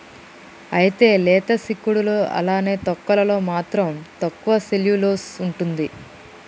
అయితే లేత సిక్కుడులో అలానే తొక్కలలో మాత్రం తక్కువ సెల్యులోస్ ఉంటుంది